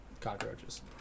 cockroaches